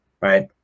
right